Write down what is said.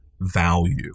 value